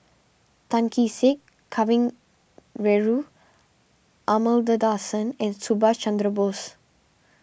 Tan Kee Sek Kavignareru Amallathasan and Subhas Chandra Bose